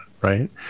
right